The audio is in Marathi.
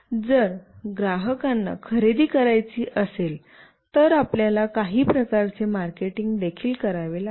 जर ग्राहकांना खरेदी करायची असेल तर आपल्याला काही प्रकारचे मार्केटिंग देखील करावे लागेल